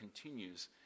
continues